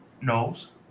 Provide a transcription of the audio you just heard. knows